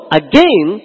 again